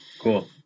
Cool